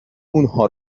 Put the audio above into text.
اونها